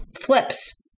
flips